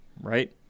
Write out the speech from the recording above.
right